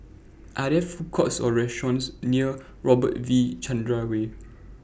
Are There Food Courts Or restaurants near Robert V Chandran Way